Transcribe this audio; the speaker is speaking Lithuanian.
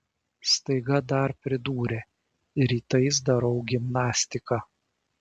staiga dar pridūrė rytais darau gimnastiką